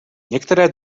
některé